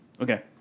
Okay